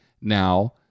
now